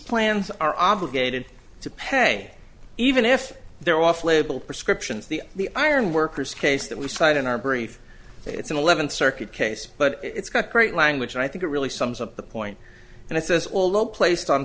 plans are obligated to pay even if they're off label prescriptions the the ironworkers case that we cited in our brief it's an eleventh circuit case but it's got great language and i think it really sums up the point and it says although placed on